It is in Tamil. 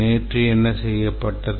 நேற்று என்ன செய்யப்பட்டது